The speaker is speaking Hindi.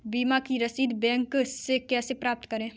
बीमा की रसीद बैंक से कैसे प्राप्त करें?